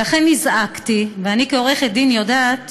ולכן נזעקתי, ואני כעורכת דין יודעת